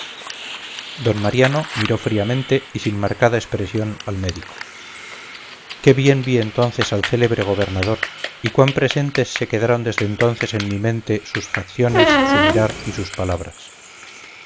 d mariano miró fríamente y sin marcada expresión al médico qué bien vi entonces al célebre gobernador y cuán presentes se quedaron desde entonces en mi mente sus facciones su mirar y sus palabras